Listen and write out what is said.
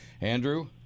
Andrew